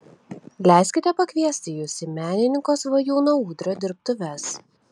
leiskite pakviesti jus į menininko svajūno udrio dirbtuves